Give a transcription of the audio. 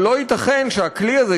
אבל לא ייתכן שהכלי הזה,